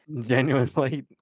Genuinely